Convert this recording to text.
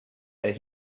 that